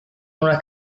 una